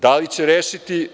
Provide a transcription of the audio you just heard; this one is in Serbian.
Da li će rešiti?